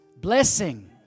blessing